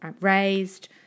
raised